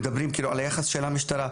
מדברים על היחס של המשטרה.